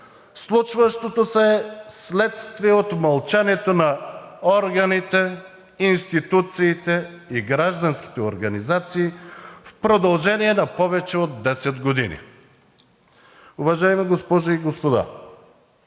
случващото се е следствие от мълчанието на органите, институциите и гражданските организации в продължение на повече от 10 години. Уважаеми госпожи и господа,